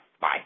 Bye